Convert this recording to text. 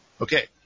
Okay